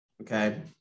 okay